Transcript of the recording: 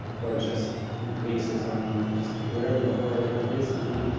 or just racism, or just whatever the horrors we're facing and like,